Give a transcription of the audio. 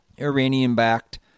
Iranian-backed